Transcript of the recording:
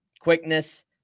quickness